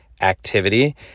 activity